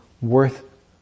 worth